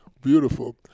beautiful